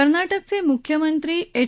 कर्नाटकचे मुख्यमंत्री एच